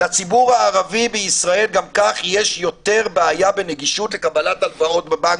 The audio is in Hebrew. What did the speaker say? לציבור הערבי בישראל גם כך יש יותר בעיה בנגישות לקבלת הלוואות בבנקים,